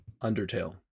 Undertale